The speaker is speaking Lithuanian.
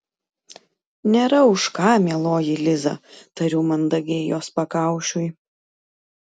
nėra už ką mieloji liza tariu mandagiai jos pakaušiui